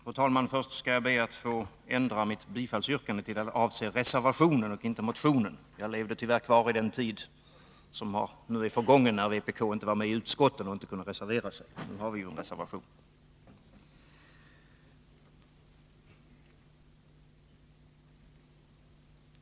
Fru talman! Först skall jag be att få ändra mitt bifallsyrkande till att avse reservationen och inte motionen. Jag levde tyvärr kvar i den tid som nu är förgången, när vpk inte var med i utskotten och inte kunde reservera sig. Nu har vi ju en reservation.